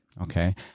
okay